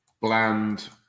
bland